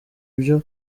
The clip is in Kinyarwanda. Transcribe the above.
ibyo